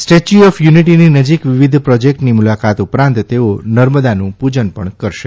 statue of યુનિટીની નજીક વિવિધ પ્રોજેક્ટની મુલાકાત ઉપરાંત તેઓ નર્મદાનું પુજન પણ કરશે